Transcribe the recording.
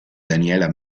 daniela